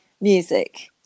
music